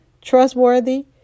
trustworthy